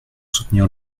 soutenir